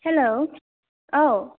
hello औ